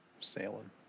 sailing